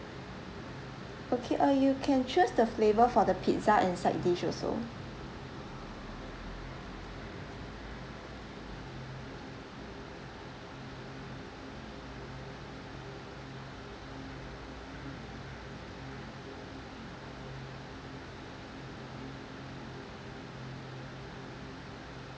okay uh you can choose the flavour for the pizza and side dish also